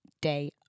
day